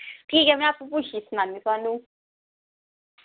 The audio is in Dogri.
ठीक ऐ में आपूं पुच्छियै सनान्नी आं थुहानू